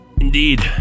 Indeed